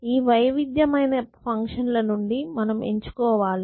ఈ వైవిధ్యమైన ఫంక్షన్ ల నుండి మనం ఎంచుకోవాలి